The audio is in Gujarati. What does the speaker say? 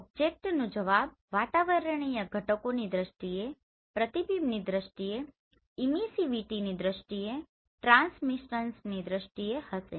ઓબ્જેક્ટનો જવાબ વાતાવરણીય ઘટકોની દ્રષ્ટિએ પ્રતિબિંબની દ્રષ્ટિએ ઇમિસિવિટીની દ્રષ્ટિએ ટ્રાન્સમિટન્સની દ્રષ્ટિએ હશે